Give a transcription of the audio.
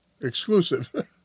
exclusive